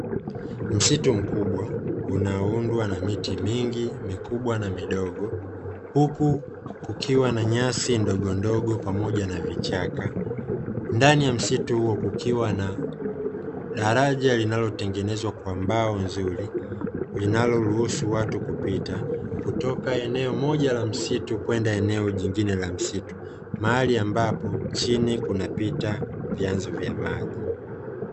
Msitu mkubwa unaoundwa na miti mingi mikubwa na midogo, huku kukiwa na nyasi ndogondogo pamoja na vichaka, ndani ya msitu huo kukiwa na daraja linalotengenezwa kwa mbao nzuri, linaloruhusu watu kupita kutoka eneo moja la msitu kwenda eneo jingine la msitu, mahali ambapo chini kunapita vyanzo vya maji.